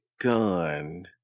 gun